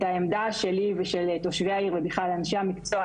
העמדה שלי ושל תושבי העיר ובכלל אנשי המקצוע,